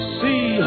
see